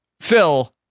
phil